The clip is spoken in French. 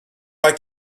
pas